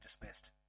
dismissed